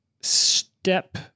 step